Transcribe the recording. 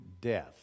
death